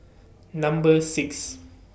Number six